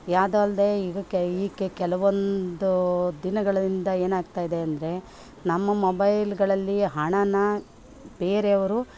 ಯಾವುದು ಅಲ್ಲದೇ ಇದಕ್ಕೆ ಈಕೆ ಕೆಲವೊಂದು ದಿನಗಳಿಂದ ಏನಾಗ್ತಾಯಿದೆ ಅಂದರೆ ನಮ್ಮ ಮೊಬೈಲ್ಗಳಲ್ಲಿ ಹಣನ ಬೇರೆಯವರು